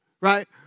right